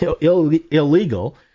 illegal